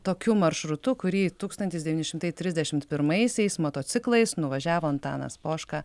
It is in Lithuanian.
tokiu maršrutu kurį tūkstantis devyni šimtai trisdešimt pirmaisiais motociklais nuvažiavo antanas poška